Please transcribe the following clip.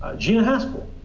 ah gina haspel.